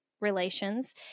relations